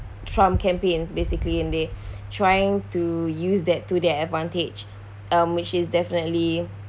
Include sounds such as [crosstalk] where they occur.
trump campaigns basically and they're [breath] trying to use that to their advantage um which is definitely